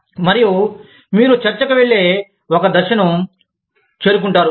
మరియు మీరు చర్చకు వెళ్ళే ఒక దశకు చేరుకుంటారు